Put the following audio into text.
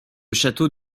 château